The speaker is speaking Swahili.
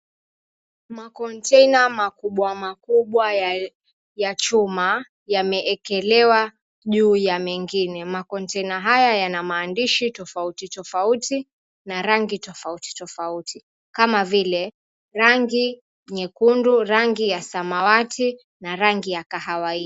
Makontena makubwa makubwa ya chuma yameekelewa juu ya mengine. Makontena haya yanamaandishi tofauti tofauti na rangi tofauti tofauti kama vile rangi nyekundu, rangi ya samawati na rangi ya kahawia.